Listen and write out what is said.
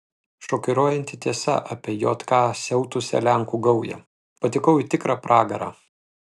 šokiruojanti tiesa apie jk siautusią lenkų gaują patekau į tikrą pragarą